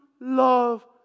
love